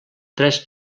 tres